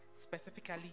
specifically